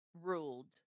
Ruled